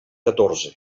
catorze